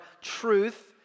truth